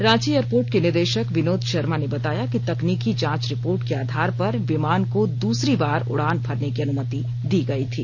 Ranchi airport के निदेशक विनोद शर्मा ने बताया कि तकनीकी जांच रिपोर्ट के आधार पर विमान को दूसरी बार उड़ान भरने की अनुमति दी गयी थी